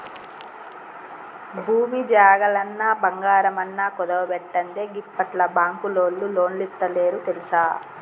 భూమి జాగలన్నా, బంగారమన్నా కుదువబెట్టందే గిప్పట్ల బాంకులోల్లు లోన్లిత్తలేరు తెల్సా